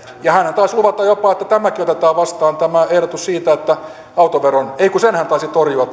hänhän taisi luvata jopa että otetaan vastaan tämäkin ehdotus siitä että autoveron ei kun sen hän taisi torjua